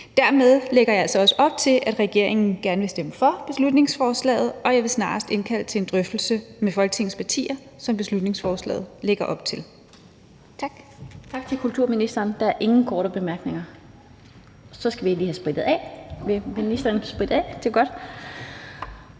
Dermed lægger jeg altså også op til, at regeringen gerne vil stemme for beslutningsforslaget, og jeg vil snarest indkalde til en drøftelse med Folketingets partier, hvilket beslutningsforslaget lægger op til.